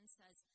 says